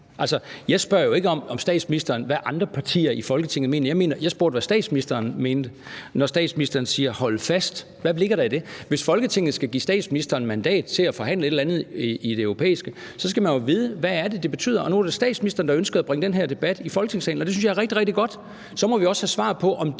statsministeren om, hvad andre partier i Folketinget mener. Jeg spurgte, hvad statsministeren mener, når statsministeren siger: Hold fast. Hvad ligger der i det? Hvis Folketinget skal give statsministeren mandat til at forhandle et eller andet i det europæiske, skal vi jo vide, hvad det er, det betyder. Nu var det statsministeren, der ønskede at bringe den her debat ind i Folketingssalen, og det synes jeg er rigtig, rigtig godt, og så må vi også have svar på, om det at